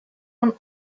von